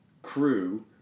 crew